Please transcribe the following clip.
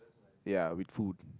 ya with food